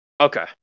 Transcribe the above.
Okay